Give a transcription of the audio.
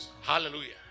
Hallelujah